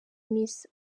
miss